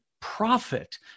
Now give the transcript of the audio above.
profit